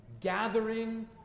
gathering